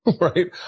right